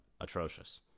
atrocious